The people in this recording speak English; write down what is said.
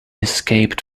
escaped